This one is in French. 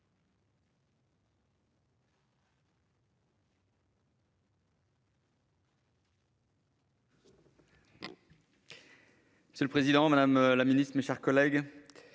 Monsieur le président, madame la ministre, mes chers collègues,